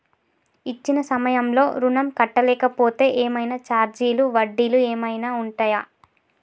ఇచ్చిన సమయంలో ఋణం కట్టలేకపోతే ఏమైనా ఛార్జీలు వడ్డీలు ఏమైనా ఉంటయా?